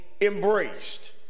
embraced